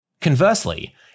Conversely